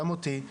גם אותי,